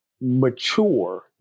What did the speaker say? mature